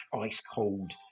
ice-cold